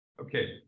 Okay